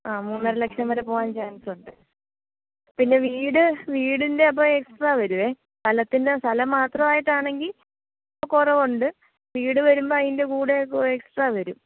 ആ മൂന്നര ലക്ഷം വരെ പോവാൻ ചാൻസൊണ്ട് പിന്നെ വീട് വീടിൻ്റെ അപ്പം എക്സ്ട്രാ വരുമേ സ്ഥലത്തിൻ്റെ സ്ഥലം മാത്രമായിട്ടാണെങ്കിൽ കുറവുണ്ട് വീട് വരുമ്പോൾ അതിൻ്റെ കൂടെ ഇപ്പോൾ എക്സ്ട്രാ വരും